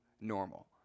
normal